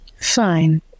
Fine